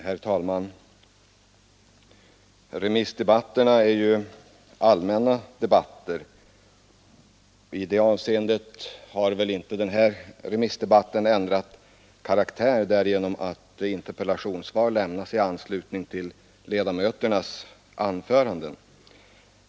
Herr talman! Remissdebatterna är ju allmänna debatter. I det avseendet har väl inte den här remissdebatten ändrat karaktär genom att interpellationssvar lämnas i anslutning till ledamöternas anföranden.